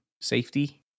Safety